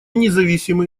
независимы